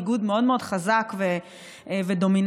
ארגון מאוד חזק ודומיננטי,